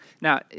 now